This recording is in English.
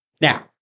Now